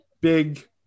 big